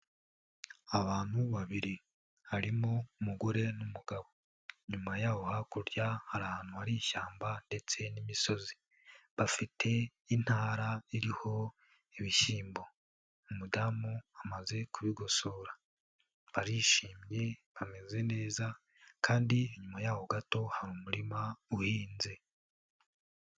Abantu babiri harimo umugore n'umugabo, inyuma yaho hakurya hari ahantu hari ishyamba ndetse n'imisozi, bafite intara iriho ibishyimbo, umudamu amaze kubigosora, barishimye bameze neza kandi inyuma y'aho gato hari umurima uhinze.